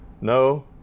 no